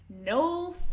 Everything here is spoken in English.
No